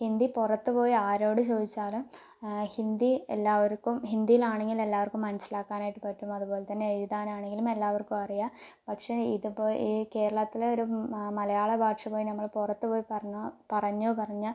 ഹിന്ദി പുറത്തുപോയി ആരോട് ചോദിച്ചാലും ഹിന്ദി എല്ലാവർക്കും ഹിന്ദിയിലാണെങ്കിൽ എല്ലാവർക്കും മനസ്സിലാക്കാനായിട്ട് പറ്റും അതുപോലെതന്നെ എഴുതാനാണെങ്കിലും എല്ലാവർക്കും അറിയാം പക്ഷേ ഇതിപ്പോൾ ഈ കേരളത്തിലെ ഒരു മലയാള ഭാഷ പോയി നമ്മള് പുറത്തുപോയി പറഞ്ഞു പറഞ്ഞു പറഞ്ഞാൽ